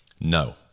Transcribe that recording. No